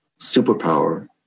superpower